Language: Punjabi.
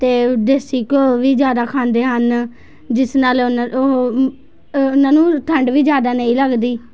ਅਤੇ ਦੇਸੀ ਘਿਉ ਵੀ ਜ਼ਿਆਦਾ ਖਾਂਦੇ ਹਨ ਜਿਸ ਨਾਲ਼ ਉਹਨਾਂ ਉਹ ਉਹਨਾਂ ਨੂੰ ਠੰਡ ਵੀ ਜ਼ਿਆਦਾ ਨਹੀਂ ਲੱਗਦੀ